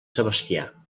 sebastià